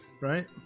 right